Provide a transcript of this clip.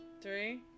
three